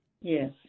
Yes